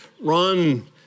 Run